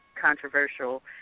controversial